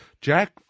Jack